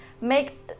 make